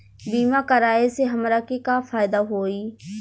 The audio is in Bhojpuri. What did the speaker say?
बीमा कराए से हमरा के का फायदा होई?